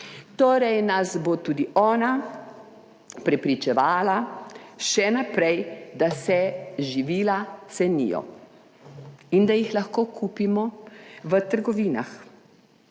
torej nas bo tudi ona prepričevala še naprej, da se živila cenijo in da jih lahko kupimo v trgovinah.